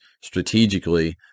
strategically